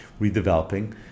redeveloping